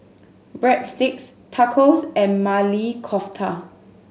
Breadsticks Tacos and Maili Kofta